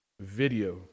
video